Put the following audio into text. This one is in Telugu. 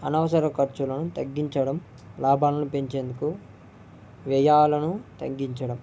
అనవసర ఖర్చులను తగ్గించడం లాభాలను పెంచేందుకు వ్యయాలను తగ్గించడం